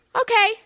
Okay